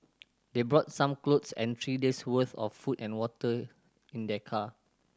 they brought some clothes and three days' worth of food and water in their car